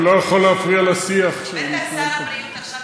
אני לא יכול להפריע לשיח שמתנהל כאן.